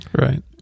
Right